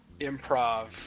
improv